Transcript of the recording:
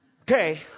okay